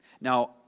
Now